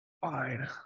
fine